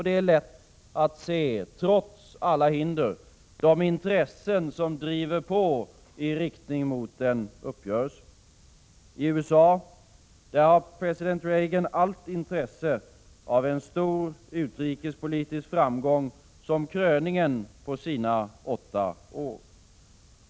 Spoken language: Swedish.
Det är lätt att se, trots alla hinder, de intressen som driver på i riktning mot en uppgörelse. I USA har president Reagan allt intresse av en stor utrikespolitisk framgång som kröningen på sina åtta år.